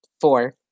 four